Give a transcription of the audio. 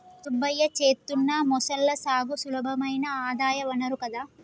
సుబ్బయ్య చేత్తున్న మొసళ్ల సాగు సులభమైన ఆదాయ వనరు కదా